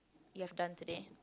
you've done today